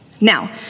Now